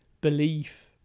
belief